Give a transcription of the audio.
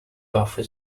buffer